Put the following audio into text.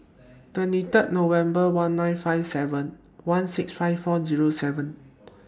twenty Third November one nine five seven one six five four Zero seven